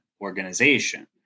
organization